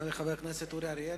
אדוני חבר הכנסת אורי אריאל.